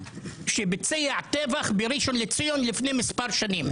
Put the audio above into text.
שביצע טבח בראשון לציון לפני מספר שנים.